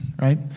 right